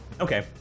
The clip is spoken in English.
Okay